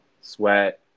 sweat